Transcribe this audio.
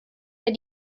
der